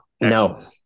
no